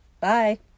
Bye